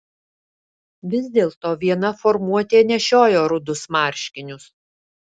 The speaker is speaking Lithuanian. vis dėlto viena formuotė nešiojo rudus marškinius